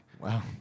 Wow